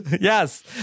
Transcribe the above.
yes